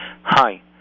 Hi